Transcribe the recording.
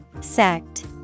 Sect